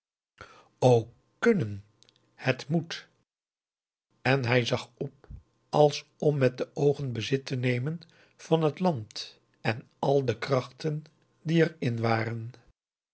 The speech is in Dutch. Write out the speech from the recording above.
knnen het met en hij zag op als om met de oogen bezit te nemen van het land en al de krachten die er in waren